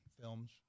films